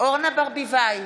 אורנה ברביבאי,